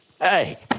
Hey